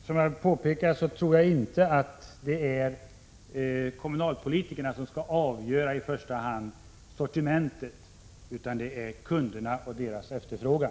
Som jag påpekade tror jag inte att det är kommunalpolitikerna som i första hand skall avgöra sortimentet utan det skall kunderna göra med sin efterfrågan.